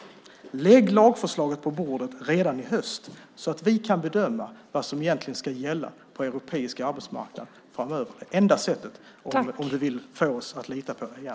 Lägg lagförslaget på bordet redan i höst så att vi kan bedöma vad som egentligen ska gälla på den europeiska arbetsmarknaden framöver. Det är det enda sättet om ministern vill få oss att lita på honom igen.